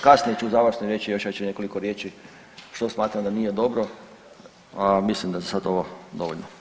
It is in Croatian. Kasnije ću u završnoj riječi reći još nekoliko riječi što smatram da nije dobro, a mislim da je za sad ovo dovoljno.